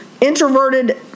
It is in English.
introverted